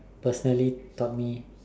personally taught me